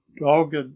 dogged